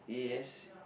yes